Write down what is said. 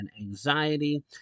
anxiety